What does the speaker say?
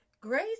Grace